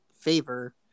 favor